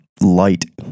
light